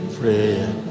prayer